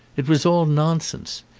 it was all nonsense.